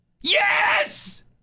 Yes